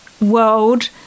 world